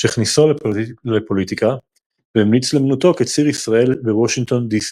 שהכניסו לפוליטיקה והמליץ למנותו כציר ישראל בוושינגטון די.